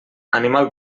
animal